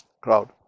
crowd